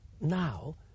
now